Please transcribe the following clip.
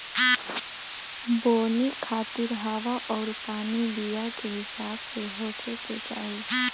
बोवनी खातिर हवा अउरी पानी बीया के हिसाब से होखे के चाही